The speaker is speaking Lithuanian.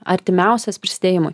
artimiausias prisidėjimui